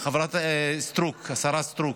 השרה סטרוק.